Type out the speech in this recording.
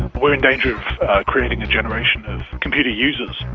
we're in danger of creating a generation of computer users,